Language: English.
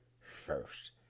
first